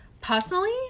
personally